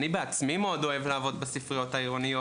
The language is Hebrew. אני בעצמי מאוד אוהב לעבוד בספריות בעירוניות.